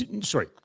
Sorry